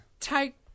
Take